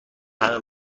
همه